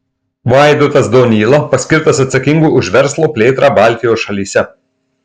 vaidotas donyla paskirtas atsakingu už verslo plėtrą baltijos šalyse